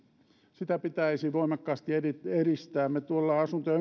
sitä pitäisi voimakkaasti edistää me tuolla asunto ja